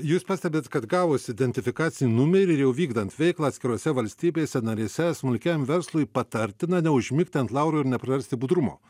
jūs pastebit kad gavus identifikacinį numerį ir jau vykdant veiklą atskirose valstybėse narėse smulkiajam verslui patartina neužmigti ant laurų ir neprarasti budrumo